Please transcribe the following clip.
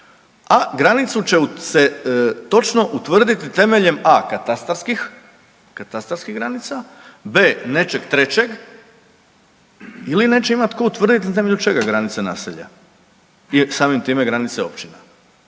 a granicu će točno utvrditi temeljem a)katastarskih granica, b)nečeg trećeg ili neće imati tko utvrditi na temelju čega granice naselja. I samim time granice općina.